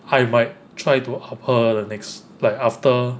I might try to up her the next like after